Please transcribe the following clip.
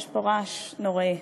יש פה רעש נוראי,